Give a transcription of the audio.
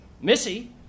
Missy